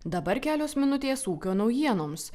dabar kelios minutės ūkio naujienoms